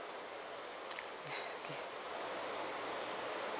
ya okay